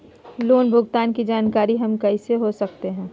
Loan भुगतान की जानकारी हम कैसे हो सकते हैं?